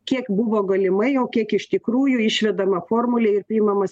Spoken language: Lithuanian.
kiek buvo galimai o kiek iš tikrųjų išvedama formulė ir priimamas